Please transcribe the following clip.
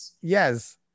Yes